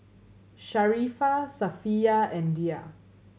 Sharifah Safiya and Dhia